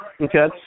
Okay